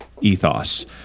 ethos